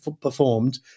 performed